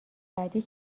بعدی